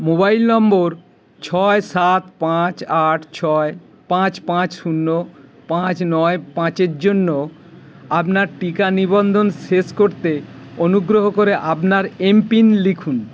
mobile নম্বর ছয় সাত পাঁচ আট ছয় পাঁচ পাঁচ শূন্য পাঁচ নয় পাঁচ এর জন্য আপনার টিকা নিবন্ধন শেষ করতে অনুগ্রহ করে আপনার এমপিন লিখুন